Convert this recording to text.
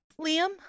Liam